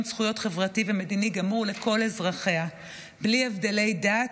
זכויות חברתי ומדיני גמור לכל אזרחיה בלי הבדל דת,